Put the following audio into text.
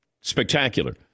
spectacular